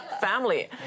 family